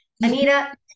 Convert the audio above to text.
Anita